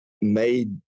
made